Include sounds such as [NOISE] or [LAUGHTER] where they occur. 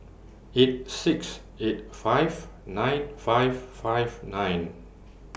eight six eight five nine five five nine [NOISE]